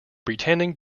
pretending